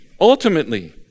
ultimately